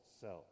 self